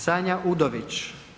Sanja Udović.